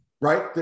right